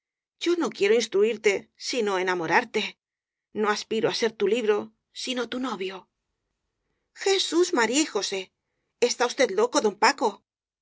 yo no quiero instruirte sino enamo rarte no aspiro á ser tu libro sino tu novio jesús maría y josé está usted loco don paco